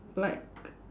like